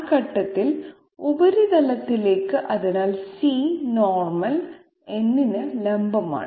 ആ ഘട്ടത്തിൽ ഉപരിതലത്തിലേക്ക് അതിനാൽ c നോർമൽ n ന് ലംബമാണ്